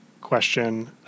question